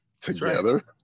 together